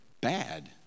bad